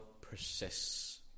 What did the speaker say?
persists